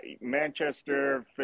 Manchester